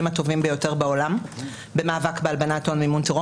הטובים ביותר בעולם במאבק בהלבנת הון מימון טרור,